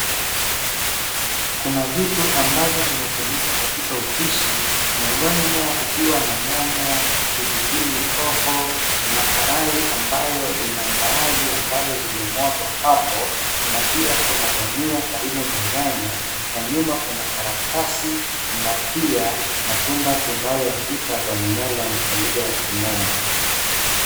Kuna vitu ambavyo vinatumika katika upishi, miongoni mwao kukiwa na nyanya, pilipili hoho na karai ambayo ina mbaazi ambazo zimemwagwa hapo na pia kuna dhania karibu na nyanya na nyuma kuna karatasi na pia matunda tunayoita thorn melon kwa lugha ya kimombo.